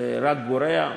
זה רק גורע,